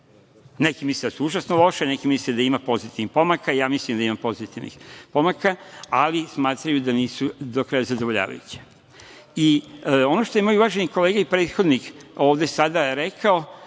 Neki misle da su užasno loša, neki misle da ima pozitivnih pomaka, ja mislim da ima pozitivnih pomaka, ali smatraju da nisu do kraja zadovoljavajuća. Ono što je moj uvaženi kolega i prethodnik ovde sada rekao,